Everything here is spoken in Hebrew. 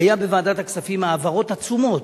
היו בוועדת הכספים העברות עצומות,